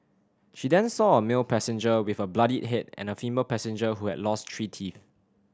she then saw a male passenger with a bloodied head and a female passenger who had lost three teeth